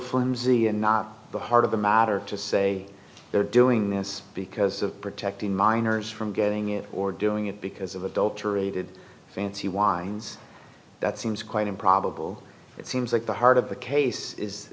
flimsy and not the heart of the matter to say they're doing this because of protecting minors from getting it or doing it because of adulterated fancy wines that seems quite improbable it seems like the heart of the case is